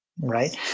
right